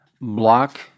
block